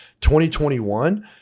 2021